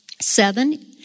Seven